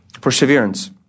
Perseverance